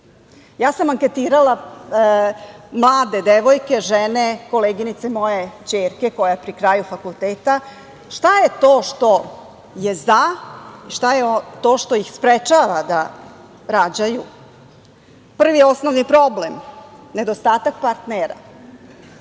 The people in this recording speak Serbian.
ja sam anketirala mlade devojke, žene, koleginice moje ćerke koja je pri kraju fakulteta – šta je to što je za, šta je to što ih sprečava da rađaju? Prvi i osnovni problem nedostatak partnera